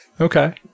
Okay